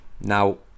Now